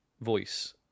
voice